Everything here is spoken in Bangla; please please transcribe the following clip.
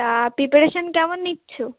তা প্রিপারেশন কেমন নিচ্ছো